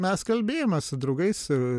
mes kalbėjomės su draugais ir